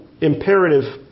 imperative